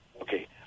okay